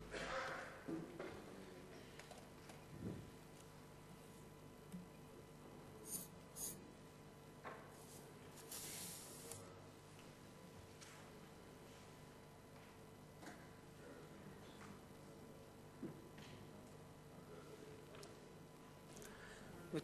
גברתי